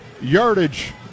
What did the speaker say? yardage